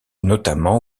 notamment